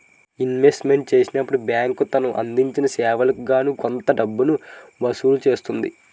investment చేసినప్పుడు bank తను అందించిన సేవలకు గాను కొంత డబ్బును వసూలు చేస్తుంది